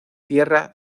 tierra